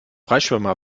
freischwimmer